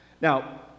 Now